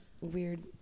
weird